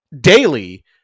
daily